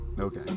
Okay